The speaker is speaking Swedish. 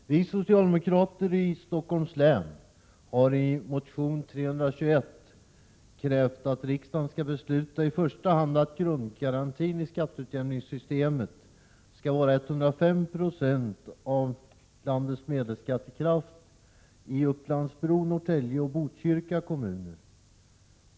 Fru talman! Vi socialdemokrater i Stockholms län har i motion 321 krävt att riksdagen i första hand skall besluta att grundgarantin i skatteutjämningssystemet skall vara 105 96 av landets medelskattekraft i Upplands Bro, Norrtälje och Botkyrka kommuner.